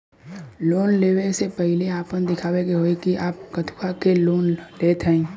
Loan ले वे से पहिले आपन दिखावे के होई कि आप कथुआ के लिए लोन लेत हईन?